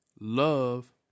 Love